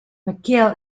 mcgill